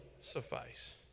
suffice